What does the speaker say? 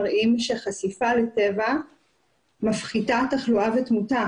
מראים שחשיפה לטבע מפחיתה תחלואה ותמותה.